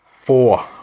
four